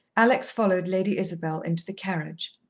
alex followed lady isabel into the carriage.